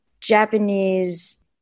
Japanese